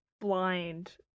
blind